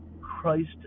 Christ